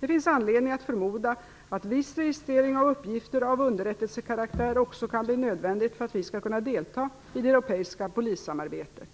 Det finns anledning att förmoda att viss registrering av uppgifter av underrättelsekaraktär också kan bli nödvändigt för att vi skall kunna delta i det europeiska polissamarbetet.